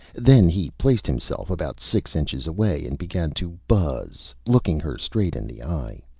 then he placed himself about six inches away and began to buzz, looking her straight in the eye.